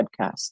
podcast